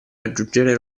raggiungere